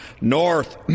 north